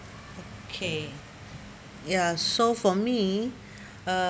okay ya so for me uh